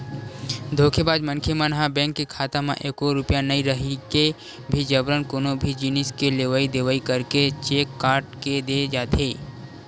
धोखेबाज मनखे मन ह बेंक के खाता म एको रूपिया नइ रहिके भी जबरन कोनो भी जिनिस के लेवई देवई करके चेक काट के दे जाथे